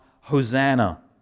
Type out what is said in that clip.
Hosanna